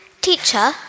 Teacher